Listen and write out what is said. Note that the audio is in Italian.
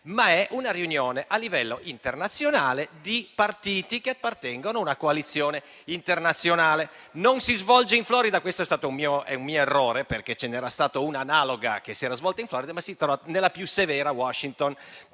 ma una riunione a livello internazionale di partiti che appartengono a una coalizione internazionale. Non si svolge in Florida - questo è stato un mio errore, perché ce n'era stata una analoga che si era svolta lì - ma nella più severa Washington.